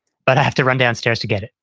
but i have to run downstairs to get it.